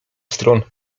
stron